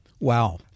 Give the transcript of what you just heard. Wow